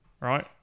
right